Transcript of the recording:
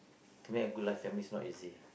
to me a good life family is not easy